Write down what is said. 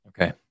Okay